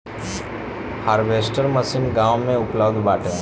harvester machine गाँव में उपलब्ध बाटे